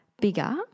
bigger